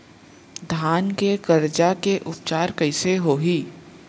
धान के करगा के उपचार कइसे होही?